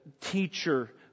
teacher